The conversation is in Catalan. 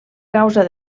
causa